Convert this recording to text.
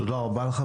תודה רבה לך.